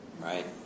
right